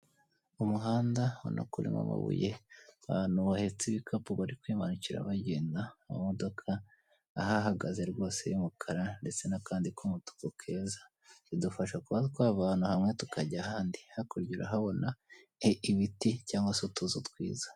Umuhanda ubona ko urimo amabuye abantu bahetse ibikapu bari kwimanukira bagenda, amamodoka ahahagaze rwose y'umukara ndetse n'akandi k'umutuku keza. Bidufasha kuba twava ahantu hamwe tukajya ahandi, hakurya urahabona ibiti cyangwa se utuzu twiza.